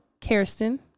Kirsten